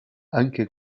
anche